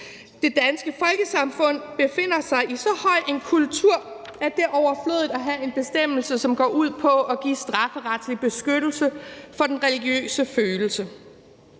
Det danske folkesamfund befinder sig i så høj en kultur, at det er overflødigt at have en bestemmelse, som går ud på at give strafferetslig beskyttelse for den religiøse følelse.